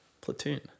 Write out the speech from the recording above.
Platoon